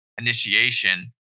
initiation